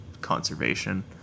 conservation